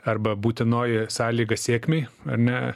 arba būtinoji sąlyga sėkmei ar ne